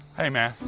hey, man.